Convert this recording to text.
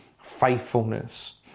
faithfulness